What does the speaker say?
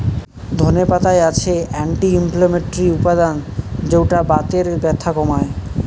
ধনে পাতায় আছে অ্যান্টি ইনফ্লেমেটরি উপাদান যৌটা বাতের ব্যথা কমায়